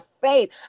faith